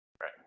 Right